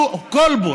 הוא כל-בו,